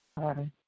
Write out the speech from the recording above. Okay